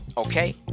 Okay